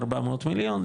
400 מיליון,